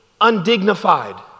undignified